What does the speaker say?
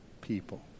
people